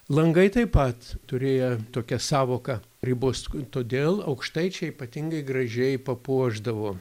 langai taip pat turėjo tokią sąvoką ribos todėl aukštaičiai ypatingai gražiai papuošdavo